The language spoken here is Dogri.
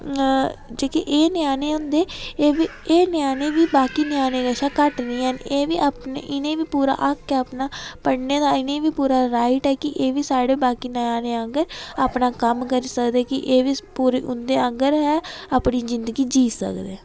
जेह्के एह् ञ्यानें होंदे एह्बी एह् ञ्यानें बी बाकी ञ्यानें कशा घट्ट निं है'न एह्बी अपने इ'नें बी पूरा हक्क ऐ अपना पढ़ने दा इ'नें ईं बी पूरा राईट ऐ कि एह्बी साढ़े बाकी ञ्यानें आंह्गर अपना कम्म करी सकदे की एह्बी पूरे उं'दे आंह्गर गै अपनी जिंदगी जी सकदे